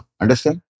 understand